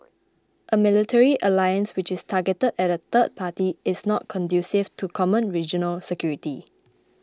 a military alliance which is targeted at a third party is not conducive to common regional security